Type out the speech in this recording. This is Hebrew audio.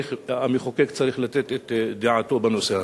שהמחוקק צריך לתת את דעתו בנושא הזה.